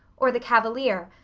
or the cavalier,